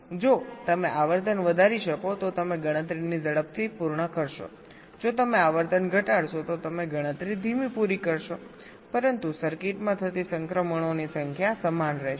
જો તમે આવર્તન વધારી શકો તો તમે ગણતરી ઝડપથી પૂર્ણ કરશો જો તમે આવર્તન ઘટાડશો તો તમે ગણતરી ધીમી પૂરી કરશો પરંતુ સર્કિટમાં થતી સંક્રમણોની સંખ્યા સમાન રહેશે